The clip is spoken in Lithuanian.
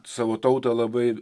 savo tautą labai